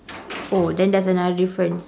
oh then that's another difference